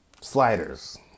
Sliders